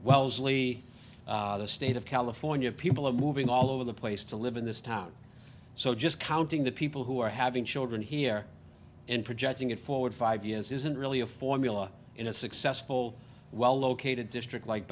wellesley the state of california people are moving all over the place to live in this town so just counting the people who are having children here and projecting it forward five years isn't really a formula in a successful well located district like